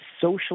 social